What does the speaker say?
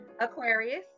Aquarius